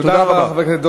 תודה רבה.